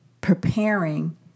preparing